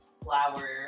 Flower